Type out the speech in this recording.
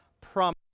promise